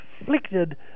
afflicted